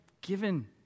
given